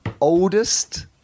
oldest